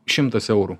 šimtas eurų